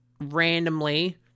randomly